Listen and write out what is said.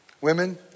Women